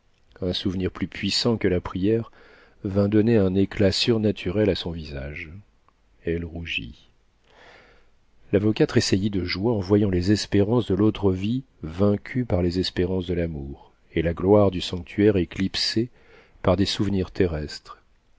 un souvenir plus puissant que la prière vint donner un éclat surnaturel à son visage elle rougit l'avocat tressaillit de joie en voyant les espérances de l'autre vie vaincues par les espérances de l'amour et la gloire du sanctuaire éclipsée par des souvenirs terrestres